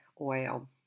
oil